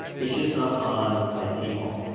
it's just not on by default.